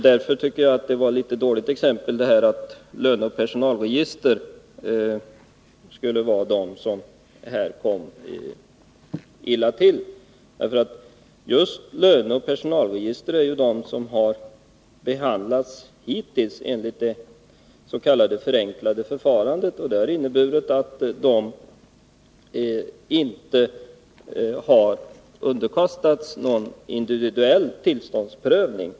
Därför tycker jag att det var ett dåligt valt exempel att säga att löneoch personalregister skulle komma att ligga illa till. Just löneoch personalregister är de som hittills har behandlats enligt dets.k. förenklade förfarandet. Det har inneburit att de inte har underkastats någon individuell tillståndsprövning.